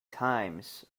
times